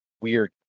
weird